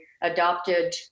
adopted